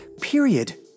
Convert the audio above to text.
period